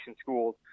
schools